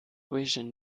vision